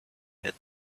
had